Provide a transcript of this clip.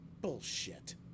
bullshit